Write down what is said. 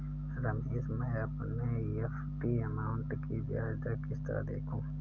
रमेश मैं अपने FD account की ब्याज दर किस तरह देखूं?